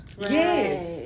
Yes